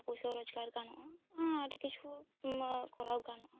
ᱯᱩᱭᱥᱟᱹ ᱨᱳᱡᱠᱟᱨ ᱜᱟᱱᱚᱜᱼᱟ ᱟᱹᱰᱤ ᱠᱤᱪᱷᱩ ᱠᱚᱨᱟᱣ ᱜᱟᱱᱚᱜᱚᱼᱟ